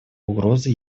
угрозы